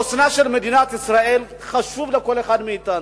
חוסנה של מדינת ישראל חשוב לכל אחד מאתנו.